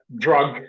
drug